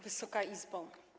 Wysoka Izbo!